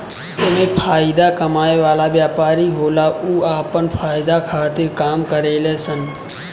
एमे फायदा कमाए वाला व्यापारी होला उ आपन फायदा खातिर काम करेले सन